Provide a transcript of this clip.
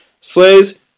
Slaves